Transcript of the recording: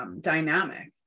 dynamic